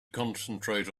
concentrate